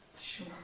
sure